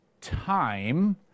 time